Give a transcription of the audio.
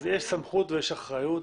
יש סמכות ויש אחריות.